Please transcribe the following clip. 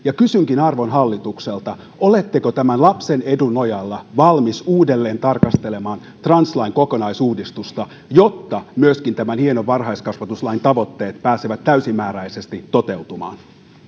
kysynkin arvon hallitukselta oletteko lapsen edun nojalla valmiita uudelleen tarkastelemaan translain kokonaisuudistusta jotta myöskin tämän hienon varhaiskasvatuslain tavoitteet pääsevät täysimääräisesti toteutumaan